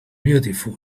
beautiful